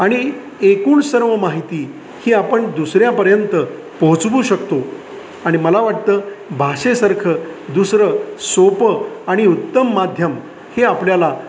आणि एकूण सर्व माहिती ही आपण दुसऱ्यापर्यंत पोहोचवू शकतो आणि मला वाटतं भाषेसारखं दुसरं सोपं आणि उत्तम माध्यम हे आपल्याला